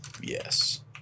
Yes